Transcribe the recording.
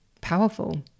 powerful